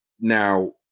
now